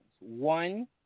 One